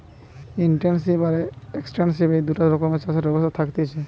intensive আর extensive এই দুটা রকমের চাষের ব্যবস্থা থাকতিছে